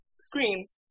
screens